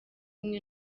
rumwe